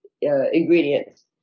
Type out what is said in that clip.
ingredients